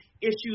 issues